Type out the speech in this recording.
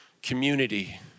community